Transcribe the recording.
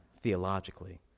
theologically